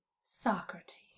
Socrates